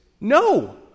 No